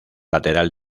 lateral